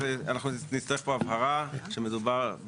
אנחנו נצטרך פה הבהרה שמדובר,